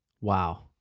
Wow